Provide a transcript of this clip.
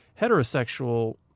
heterosexual